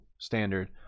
standard